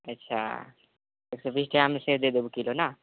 अच्छा एक सए बीस टकामे दे देबू सेव एक किलो ने